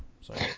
sorry